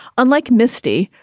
unlike misty,